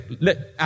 Let